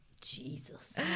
Jesus